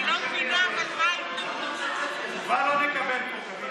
אני לא מבינה, תשובה לא נקבל.